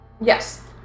Yes